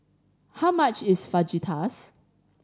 how much is Fajitas